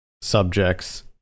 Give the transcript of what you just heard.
subjects